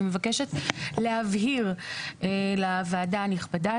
אני מבקשת להבהיר לוועדה הנכבדה,